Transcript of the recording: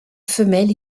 femelle